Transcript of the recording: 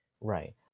right